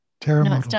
Terrible